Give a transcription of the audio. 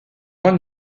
moins